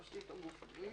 נפשית או גופנית,